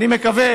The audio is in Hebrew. אני מקווה